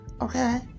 Okay